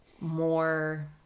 more